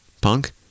punk